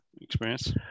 experience